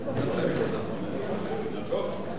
סעיפים 1 2 נתקבלו.